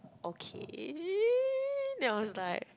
okay then I was like